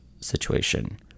situation